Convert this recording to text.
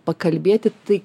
pakalbėti tai